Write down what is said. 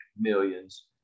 millions